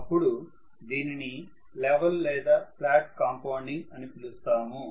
అప్పుడు దీనిని లెవెల్ లేదా ఫ్లాట్ కాంపౌండింగ్ అని పిలుస్తాము